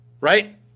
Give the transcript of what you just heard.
right